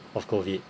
of COVID